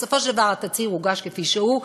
בסופו של דבר התצהיר הוגש כפי שהוא,